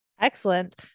Excellent